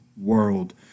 world